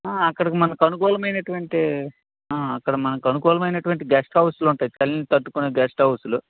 ఆ అక్కడికి మనకు అనుకూలమైనటువంటి ఆ అక్కడ మనకి అనుకూలమైనటువంటి గెస్ట్హౌసులు ఉంటాయి చలిని తట్టుకునే గెస్ట్హౌసులు